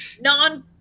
non